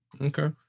okay